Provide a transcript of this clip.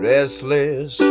Restless